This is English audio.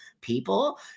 people